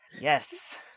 Yes